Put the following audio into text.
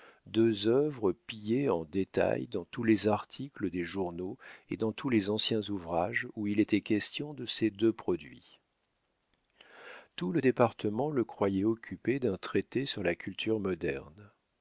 deux œuvres pillées en détail dans tous les articles des journaux et dans les anciens ouvrages où il était question de ces deux produits tout le département le croyait occupé d'un traité sur la culture moderne